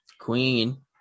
Queen